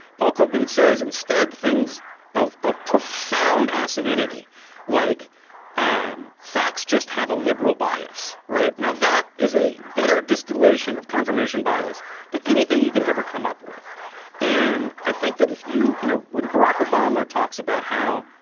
paul krugman says instead things of of profound asininity like um facts just have a liberal bias, right? now that is a better distillation of confirmation bias than anything you could ever come up with and i think that if you you know when barack obama talks about how